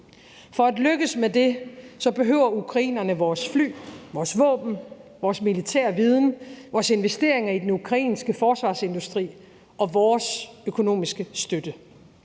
For at lykkes med det behøver ukrainerne vores fly, vores våben, vores militære viden, vores investeringer i den ukrainske forsvarsindustri og vores økonomiske støtte.